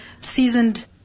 seasoned